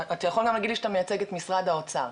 אתה יכול גם להגיד לי שאתה מייצג את משרד האוצר.